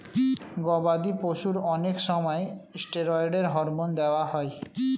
গবাদি পশুর অনেক সময় স্টেরয়েড হরমোন দেওয়া হয়